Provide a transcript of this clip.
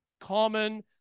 Common